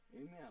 Amen